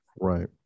right